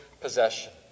possession